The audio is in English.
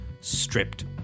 stripped